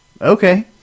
okay